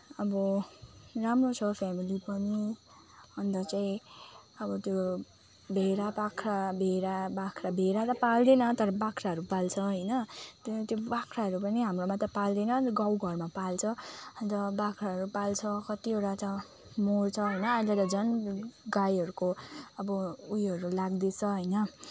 अब राम्रो छ फ्यामिली पनि अन्त चाहिँ अब त्यो भेडाबाख्रा भेडाबाख्रा भेडा त पाल्दैन तर बाख्राहरू पाल्छ होइन त्यहाँदेखि त्यो बाख्राहरू पनि हाम्रोमा त पाल्दैन गाउँघरमा पाल्छ अन्त बाख्राहरू पाल्छ कतिवटा छ मर्छ होइन अहिले त झन् गाईहरूको अब उयोहरू लाग्दैछ होइन